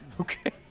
Okay